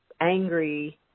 angry